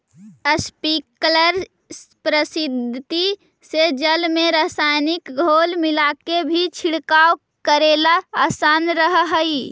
sprinkler पद्धति से जल में रसायनिक घोल मिलाके भी छिड़काव करेला आसान रहऽ हइ